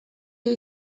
dio